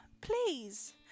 please